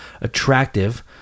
attractive